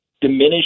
diminish